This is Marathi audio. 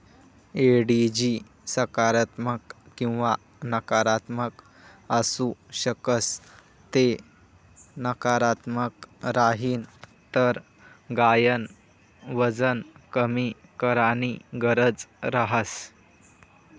एडिजी सकारात्मक किंवा नकारात्मक आसू शकस ते नकारात्मक राहीन तर गायन वजन कमी कराणी गरज रहस